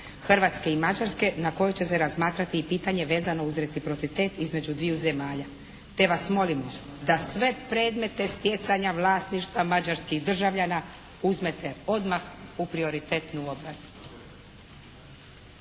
Hrvatske i Mađarske na kojoj će se razmatrati pitanje vezano uz reciprocitet između dviju zemalja te vas molimo da sve predmete stjecanja vlasništva mađarskih državljana uzmete odmah u prioritetnu obradu.